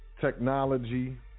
Technology